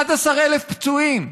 11,000 פצועים,